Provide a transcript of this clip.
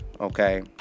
okay